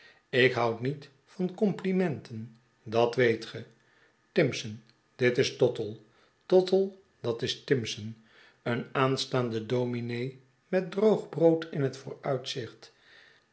ik houd niet van complimenten dat weet ge tirnson dit is tottle tottle dat is tirnson een aanstaande domine met droog brood in het vooruitzicht